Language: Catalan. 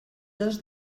dos